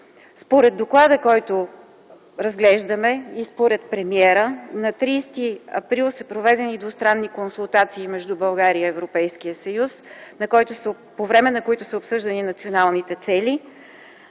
Според доклада, който разглеждаме, и според премиера на 30 април са проведени двустранни консултации между България и Европейския съюз, по време на които са обсъждани националните цели.